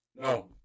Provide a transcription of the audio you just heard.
No